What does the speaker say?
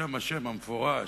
השם המפורש,